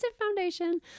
foundation